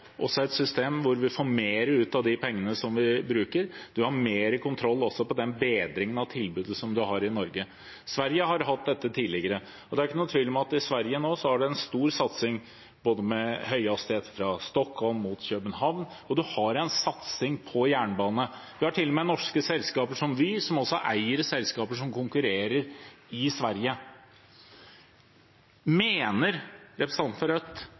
et system hvor vi får mer ut av de pengene som vi bruker, vi har mer kontroll også på den bedringen av tilbudet som vi har i Norge. Sverige har hatt dette tidligere. Det er ikke noen tvil om at i Sverige har man nå en stor satsing, både på høyhastighetstog fra Stockholm til København, og man har en satsing på jernbane. Man har til og med norske selskaper som Vy som også eier selskaper som konkurrerer i Sverige. Mener representanten fra Rødt